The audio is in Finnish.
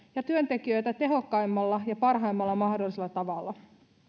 ja työntekijöitä tehokkaimmalla ja parhaimmalla mahdollisella tavalla